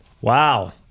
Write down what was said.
Wow